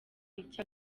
icyo